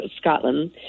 Scotland